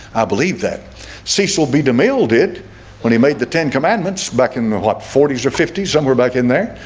i believe that cecil b demille did when he made the ten commandments back in the what forty s or fifty s somewhere back in there?